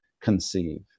conceive